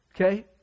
Okay